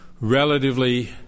relatively